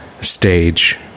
stage